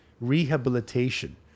rehabilitation